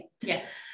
Yes